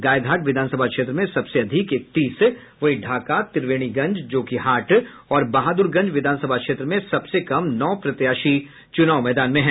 गायघाट विधानसभा क्षेत्र में सबसे अधिक इकतीस वहीं ढाका त्रिवेणीगंज जोकीहाट और बहादुरगंज विधानसभा क्षेत्र में सबसे कम नौ प्रत्याशी चुनाव मैदान में हैं